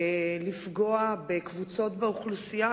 לפגוע בקבוצות באוכלוסייה,